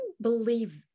believe